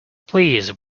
please